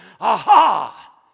aha